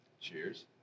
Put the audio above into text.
Cheers